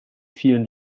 vielen